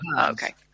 Okay